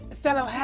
fellow